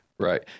Right